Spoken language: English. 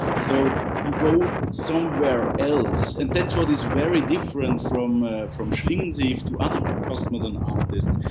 so you go somewhere else. and that's what is very different from from schlingensief to other post modern artists.